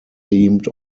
themed